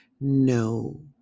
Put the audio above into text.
no